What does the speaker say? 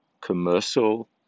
commercial